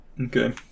Okay